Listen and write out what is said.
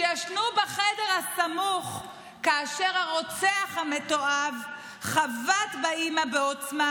שישנו בחדר הסמוך כאשר הרוצח המתועב חבט באימא בעוצמה